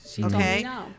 okay